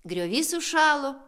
griovys užšalo